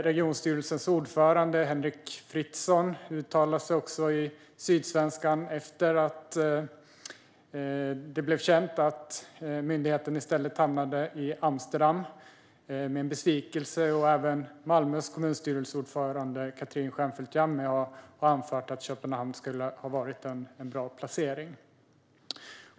Regionstyrelsens ordförande, Henrik Fritzon, uttalade sig med en besvikelse i Sydsvenskan efter att det blev känt att myndigheten i stället hamnade i Amsterdam. Även Malmös kommunstyrelseordförande Katrin Stjernfeldt Jammeh har anfört att Köpenhamn skulle ha varit en bra placering.